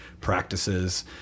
practices